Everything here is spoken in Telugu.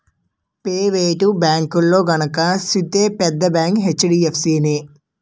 పెయివేటు బేంకుల్లో గనక సూత్తే పెద్ద బేంకు హెచ్.డి.ఎఫ్.సి నే